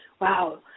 wow